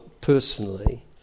personally